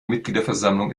mitgliederversammlung